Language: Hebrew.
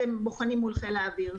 בוחנים מול חיל האוויר.